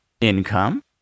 income